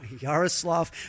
Yaroslav